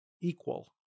equal